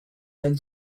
then